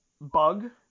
bug